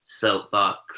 soapbox